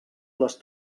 les